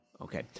Okay